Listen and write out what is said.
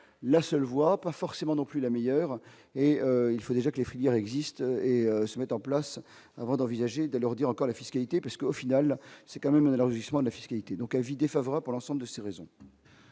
la seule voie pas forcément non plus la meilleure, et il faut déjà que les filières existent et se mettent en place, avant d'envisager de le redire encore la fiscalité parce que, au final, c'est quand même un élargissement de la fiscalité, donc avis défavorables pour l'ensemble de ses raisons.